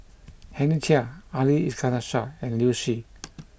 Henry Chia Ali Iskandar Shah and Liu Si